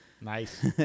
Nice